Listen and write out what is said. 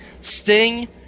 Sting